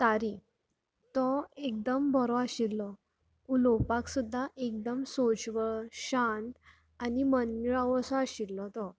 तारी तो एकदम बरो आशिल्लो उलोवपाक सुद्दां एकदन सोश्व शांत आनी मनमेळावू असो आशिल्लो तो